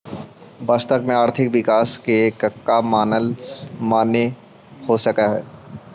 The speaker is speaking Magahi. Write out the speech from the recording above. वास्तव में आर्थिक विकास के कका माने हो सकऽ हइ?